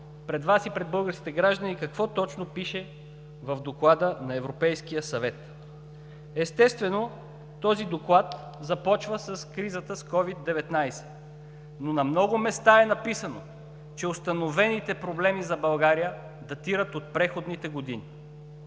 пред Вас и пред българските граждани какво точно пише в Доклада на Европейския съвет. Естествено, този доклад започва с кризата с COVID-19, но на много места е написано, че установените проблеми за България датират от преходните години.